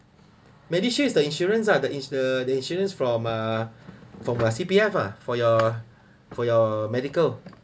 medishield is the insurance lah the insu~ the the insurance from uh from uh C_P_F uh for your for your medical